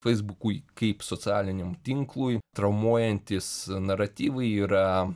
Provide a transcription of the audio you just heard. feisbukui kaip socialiniam tinklui traumuojantys naratyvai yra